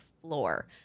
floor